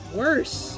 worse